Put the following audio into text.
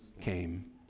came